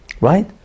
Right